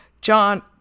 John